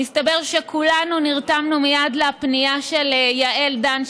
שמסתבר שכולנו נרתמנו מייד לפנייה של יעל דן,